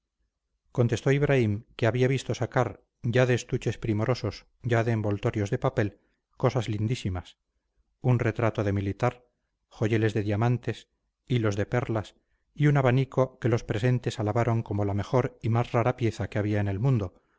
contestó ibraim que había visto sacar ya de estuches primorosos ya de envoltorios de papel cosas lindísimas un retrato de militar joyeles de diamantes hilos de perlas y un abanico que los presentes alabaron como la mejor y más rara pieza que había en el mundo